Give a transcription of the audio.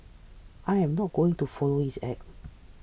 I am not going to follow his act